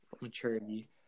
maturity